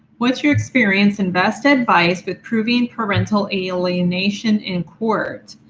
what's your experience and best advice with proving parental alienation in court?